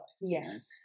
Yes